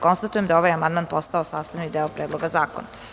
Konstatujem da je ovaj amandman postao sastavni deo Predloga zakona.